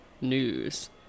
news